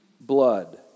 blood